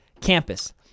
Campus